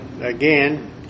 again